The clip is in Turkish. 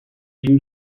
bin